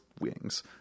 wings